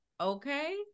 Okay